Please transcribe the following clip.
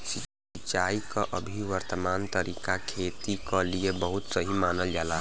सिंचाई क अभी वर्तमान तरीका खेती क लिए बहुत सही मानल जाला